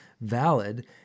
valid